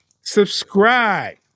subscribe